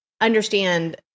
understand